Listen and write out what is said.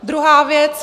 Druhá věc.